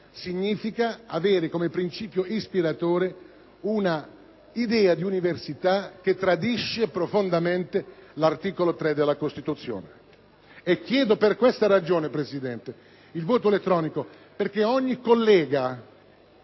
significa avere come principio ispiratore un'idea di università che tradisce profondamente l'articolo 3 della Costituzione. Chiedo per questa ragione, signor Presidente, il voto elettronico, perché ogni collega